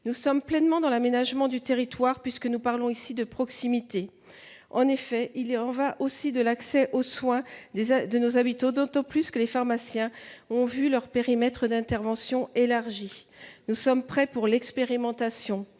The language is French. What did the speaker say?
concerne pleinement l’aménagement du territoire puisque nous parlons ici de proximité. En effet, il y va aussi de l’accès aux soins de nos habitants, d’autant plus que les pharmaciens ont vu leur périmètre d’intervention élargi. Nous sommes donc prêts pour l’expérimentation.